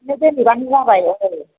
नों दोनैबानो जाबाय औ